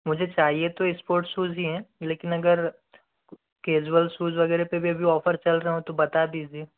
मुझे चाहिए तो ईस्पोर्ट सूज़ ही है लेकिन अगर केजुअल सूज़ वगैरह पे भी अभी ऑफर चल रहा हो तो बता दीजिए